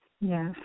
yes